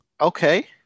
Okay